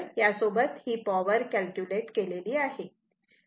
तर या सोबत ही पॉवर कॅल्क्युलेट केली आहे